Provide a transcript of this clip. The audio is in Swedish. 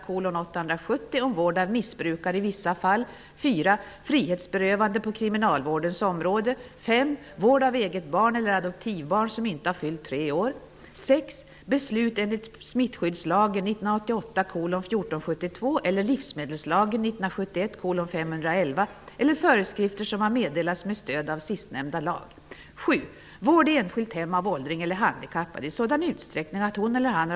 En utgångspunkt skall vara att reglerna är utformade så att de uppmuntrar till ett aktivt arbetssökande. Utöver denna fråga om själva grundkonstruktionen av försäkringen är det en rad delfrågor som behöver belysas av utredningen.